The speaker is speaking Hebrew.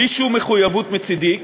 בלי שום מחויבות מצדי,